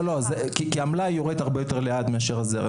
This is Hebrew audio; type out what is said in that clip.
כי המלאי יורד הרבה יותר לאט מהזרם.